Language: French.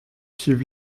suivre